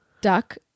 Duck